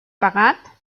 pagat